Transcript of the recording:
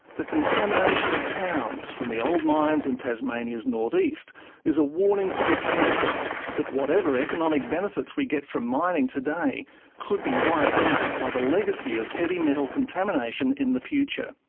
the contamination of towns from the old mines in tasmania's north-east is a warning to be careful that whatever economic benefits we get from mining today could be wiped out by the legacy of heavy metal contamination in the future.